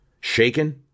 Shaken